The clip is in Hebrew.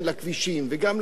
וגם למחלפים,